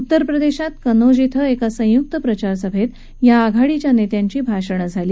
उत्तर प्रदध्येत कनौज श्रिएका संयुक्त प्रचार सभतीया आघाडीच्या नस्यिांची भाषणं झाली